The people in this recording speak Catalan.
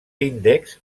índexs